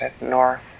north